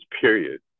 period